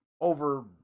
over